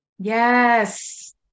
Yes